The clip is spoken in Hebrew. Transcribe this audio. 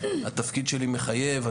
התפקיד שלי מחייב.